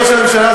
ראש הממשלה,